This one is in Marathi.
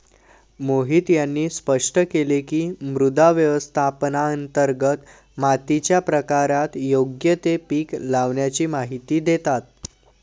मोहित यांनी स्पष्ट केले की, मृदा व्यवस्थापनांतर्गत मातीच्या प्रकारात योग्य ते पीक लावाण्याची माहिती देतात